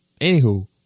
anywho